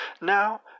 Now